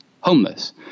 homeless